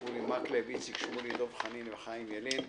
אורי מקלב, איציק שמולי, דב חנין וחיים ילין.